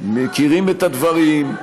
מכירים את הדברים,